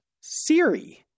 Siri